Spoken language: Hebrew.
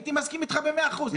הייתי מסכים איתך במאה אחוז.